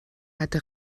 hatte